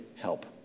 help